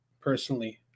personally